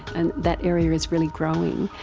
and that area is really growing.